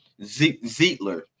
Zietler